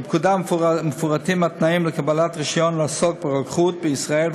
בפקודה מפורטים התנאים לקבלת רישיון לעסוק ברוקחות בישראל,